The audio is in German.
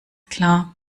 klar